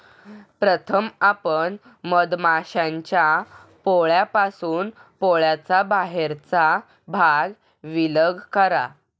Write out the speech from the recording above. प्रथम आपण मधमाश्यांच्या पोळ्यापासून पोळ्याचा बाहेरचा भाग विलग करा